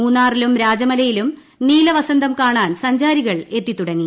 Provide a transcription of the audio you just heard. മൂന്നാറിലും രാജമലയിലും നീലവസന്തം കാണാൻ സഞ്ചാരികൾ എത്തിതുടങ്ങി